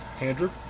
Andrew